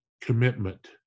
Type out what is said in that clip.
commitment